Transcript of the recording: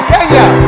Kenya